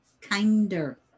kinder